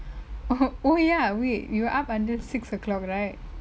oh oh ya wait we were up until six o'clock right